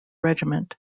regiment